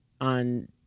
on